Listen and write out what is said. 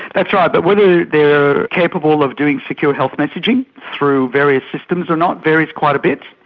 that's right, but whether they are capable of doing secure health messaging through various systems or not varies quite a bit,